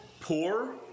poor